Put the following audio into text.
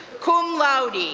cum laude,